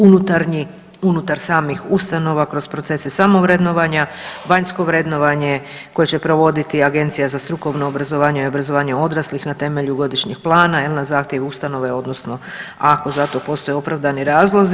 Unutarnji unutar samih ustanova kroz procese samovrednovanja, vanjsko vrednovanje koje će provoditi Agencija za strukovno obrazovanje i obrazovanje odraslih na temelju godišnjeg plana jel na zahtjev ustanove odnosno ako za to postoje opravdani razlozi.